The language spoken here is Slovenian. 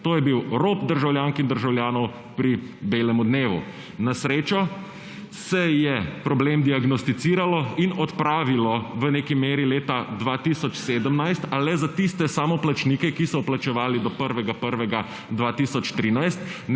To je bil rop državljank in državljanov pri belem dnevu. Na srečo se je problem diagnosticiral in odpravil v neki meri leta 2017, a le ta za tiste samoplačnike, ki so vplačevali do 1.